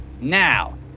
Now